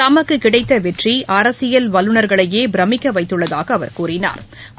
தமக்குக் கிடைத்த வெற்றி அரசியல் வல்லுநர்களையே பிரமிக்க வைத்துள்ளதாக அவர் கூறினா்